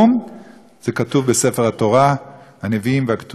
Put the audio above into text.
זה כתוב בספר התורה, הנביאים והכתובים ובהלכה.